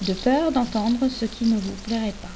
de peur d'entendre ce qui ne vous plairait pas